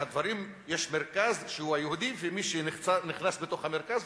שיש מרכז שהוא של היהודים ומי שנכנס לתוך המרכז,